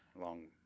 long